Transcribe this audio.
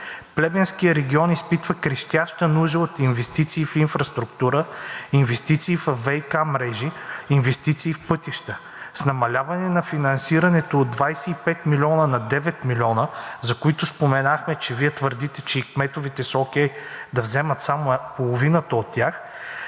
Плевенският регион изпитва крещяща нужда от инвестиции в инфраструктура, инвестиции във ВиК мрежи, инвестиции в пътища. С намаляване на финансирането от 25 милиона на 9 милиона, за които споменахме, че Вие твърдите, че и кметовете са окей да вземат само половината от тях,